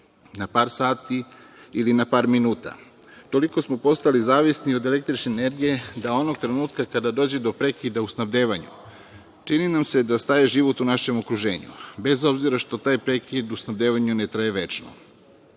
na par sati ili na par minuta. Toliko smo postali zavisni od električne energije da onog trenutka kada dođe do prekida u snabdevanju čini nam se da staje život u našem okruženju, bez obzira što taj prekid u snabdevanju ne traje večno. Zato